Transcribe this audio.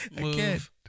Move